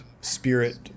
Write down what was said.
spirit